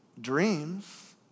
dreams